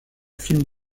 film